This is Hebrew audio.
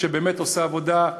שבאמת עושה עבודה,